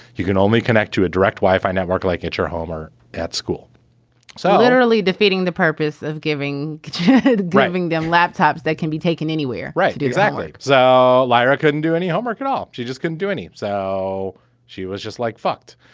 you can only connect to a direct wi-fi network like at your home or at school so literally defeating the purpose of giving kids, grabbing them laptops that can be taken anywhere, right? exactly. so lyra couldn't do any homework at all. she just couldn't do any. so she was just like fucked,